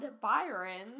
Byron